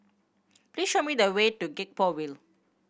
please show me the way to Gek Poh Ville